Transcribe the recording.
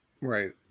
Right